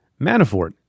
Manafort